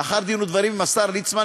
לאחר דין ודברים עם השר ליצמן,